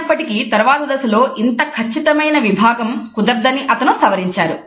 అయినప్పటికీ తరువాతి దశల్లో ఇంత ఖచ్చితమైన విభాగము కుదరదని అతను సవరించారు